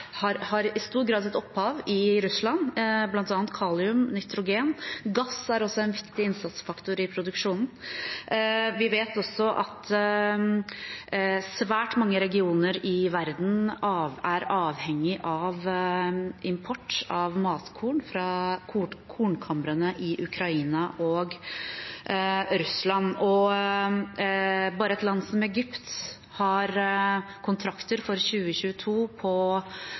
har sitt opphav i Russland, bl.a. kalium og nitrogen. Gass er også en viktig innsatsfaktor i produksjonen. Vi vet også at svært mange regioner i verden er avhengige av import av matkorn fra kornkamrene i Ukraina og Russland. Bare et land som Egypt har kontrakter for rundt regnet 10 millioner tonn matkorn bare for 2022.